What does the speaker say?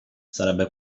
sarebbe